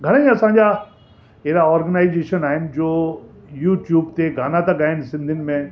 घणेई असांजा अहिड़ा ऑर्गनाइजेशन आहिनि जो यूट्यूब ते गाना था गाइनि सिंधियुनि में